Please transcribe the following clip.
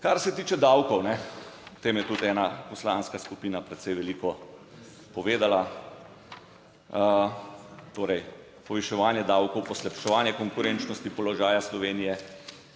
Kar se tiče davkov, o tem je tudi ena poslanska skupina precej veliko povedala, torej poviševanje davkov, poslabševanje konkurenčnosti položaja Slovenije,